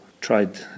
tried